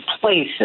places